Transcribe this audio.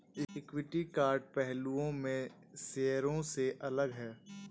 equity कई पहलुओं में शेयरों से अलग है